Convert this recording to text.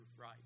right